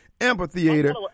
amphitheater